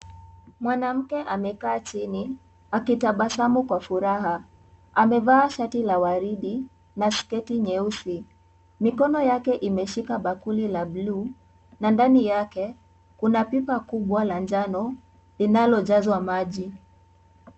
Mwanamke amekaa chini, akitabasamu kwa furaha. Amevaa shati la waridi na sketi nyeusi. Mikono yake imeshika bakuli ya buluu na ndani yake, kuna pipa kubwa la njano, linalojazwa maji.